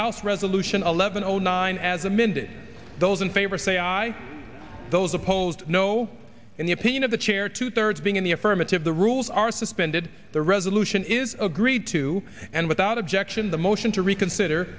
house resolution eleven o nine as a minted those in favor say aye those opposed no in the opinion of the chair two thirds being in the affirmative the rules are suspended the resolution is agreed to and without objection the motion to reconsider